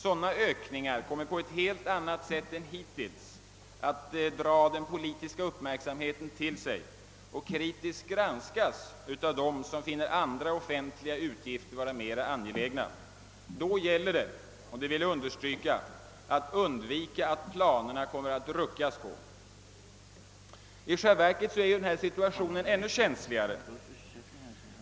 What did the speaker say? Sådana ökningar kommer att på ett helt annat sätt än hittills dra den politiska uppmärksamheten till sig och kritiskt granskas av dem som finner andra offentliga utgifter vara mera angelägna. Då gäller det — det vill jag understryka — att undvika att rucka på planerna. I själva verket är situationen ännu känsligare.